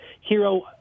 Hero